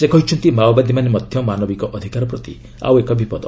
ସେ କହିଛନ୍ତି ମାଓବାଦୀମାନେ ମଧ୍ୟ ମାନବାଧିକାର ପ୍ରତି ଆଉ ଏକ ବିପଦ